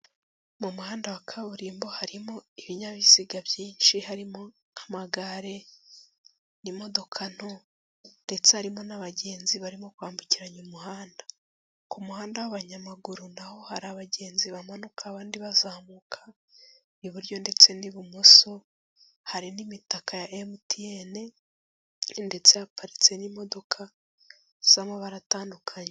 Mu muhanda wa kaburimbo harimo ibinyabiziga byinshi harimo; nk'amagare, imodoka nto ndetse harimo n'abagenzi barimo kwambukiranya umuhanda, ku muhanda w'abanyamaguru naho hari abagenzi bamanuka, abandi bazamuka iburyo ndetse n'ibumoso, hari n'imitaka ya MTN ndetse haparitse n'imodoka z'amabara atandukanye.